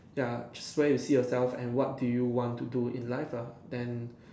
ya just where you see yourself and what do you want to do in life lah then